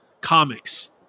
Comics